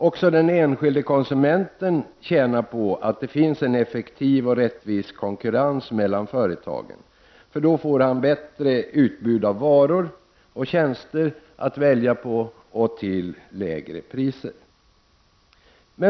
Också den enskilde konsumenten tjänar på att det finns en effektiv och rättvis konkurrens mellan företagen, för då får han ett bättre utbud av varor och tjänster att välja på till lägre pris.